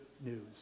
news